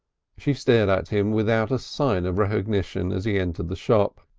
she stared at him without a sign of recognition as he entered the shop.